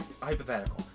hypothetical